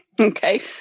Okay